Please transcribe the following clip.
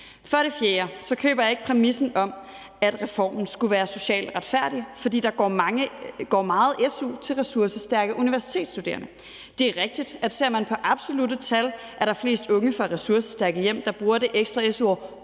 For det fjerde køber jeg ikke præmissen om, at reformen skulle være socialt retfærdig, fordi der går meget su til ressourcestærke universitetsstuderende. Det er rigtigt, at ser man på absolutte tal, er der flest unge fra ressourcestærke hjem, der bruger det ekstra su-år